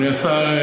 אדוני השר,